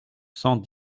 cent